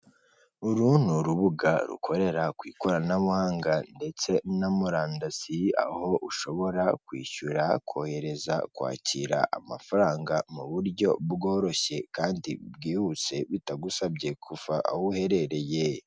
Uru ni urubuga rukorera ku ikoranabuhanga ndetse n' murandasi aho ushobora kwishyura hakohereza kwakira amafaranga mu buryo bworoshye kandi bwihuse bitagusabye kuva aho uherereye.